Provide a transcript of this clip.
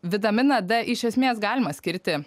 vitaminą d iš esmės galima skirti